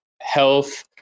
health